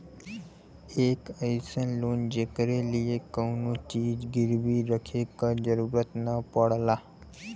एक अइसन लोन जेकरे लिए कउनो चीज गिरवी रखे क जरुरत न पड़ला